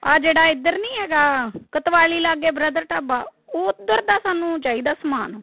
ਆਹ ਜਿਹੜਾ ਇੱਧਰ ਨਹੀਂ ਹੈਗਾ ਕੋਤਵਾਲੀ ਲਾਗੇ ਬ੍ਰਦਰ ਢਾਬਾ ਉਹ ਉੱਧਰ ਦਾ ਸਾਨੂੰ ਚਾਹੀਦਾ ਸਮਾਨ